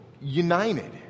united